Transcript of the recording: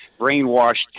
brainwashed